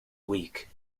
weak